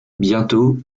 bientôt